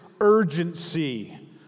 urgency